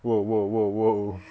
!whoa! !whoa! !whoa! !whoa!